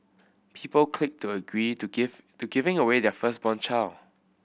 people clicked agree to give to giving away their firstborn child